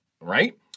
right